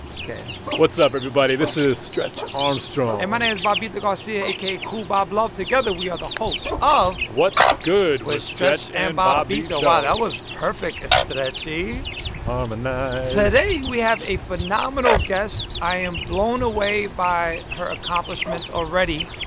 ok what's up, everybody? this is stretch armstrong and my name is bobbito garcia, aka kool bob love. together, we are the hosts of. what's good. with stretch and bobbito wow, that was perfect, stretchy harmonize today, we have a phenomenal guest. i am blown away by her accomplishments already.